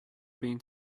been